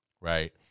right